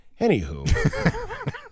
Anywho